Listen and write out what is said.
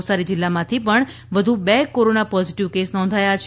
નવસારી જીલ્લામાંથી પણ વધુ બે કોરોના પોઝીટીવ કેસ નોંધાયા છે